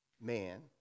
man